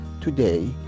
Today